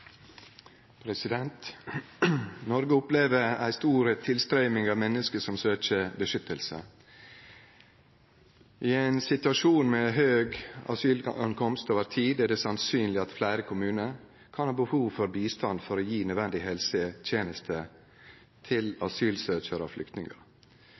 Noreg opplever ei stor tilstrøyming av menneske som søkjer beskyttelse. I ein situasjon med høg asylankomst over tid, er det sannsynleg at fleire kommunar kan ha behov for bistand for å gje nødvendige helsetenester til